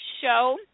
show